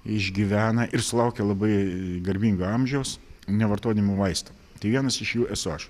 išgyvena ir sulaukia labai garbingo amžiaus nevartodami vaistų tai vienas iš jų esu aš